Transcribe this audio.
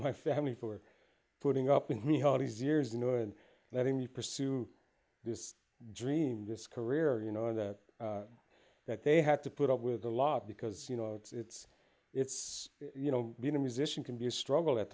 my family for putting up with me all these years you know and letting me pursue this dream this career you know that that they had to put up with a lot because you know it's it's you know being a musician can be a struggle at